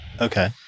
Okay